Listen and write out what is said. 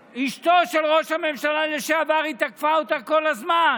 אשתו של ראש הממשלה לשעבר, היא תקפה אותה כל הזמן,